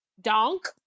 Donk